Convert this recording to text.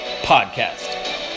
podcast